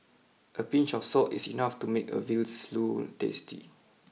a pinch of salt is enough to make a veal stew tasty